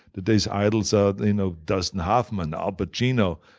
today's idols are you know dustin hoffman, al but pacino,